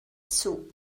zug